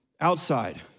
outside